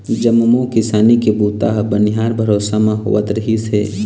जम्मो किसानी के बूता ह बनिहार भरोसा म होवत रिहिस हे